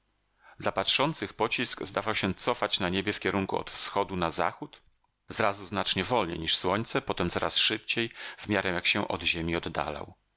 dla patrzących pocisk zdawał się cofać na niebie w kierunku od wschodu na zachód zrazu znacznie wolniej niż słońce potem coraz szybciej w miarę jak się od ziemi oddalał